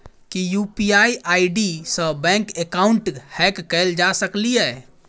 की UPI ID सऽ bank account hack कैल जा सकलिये?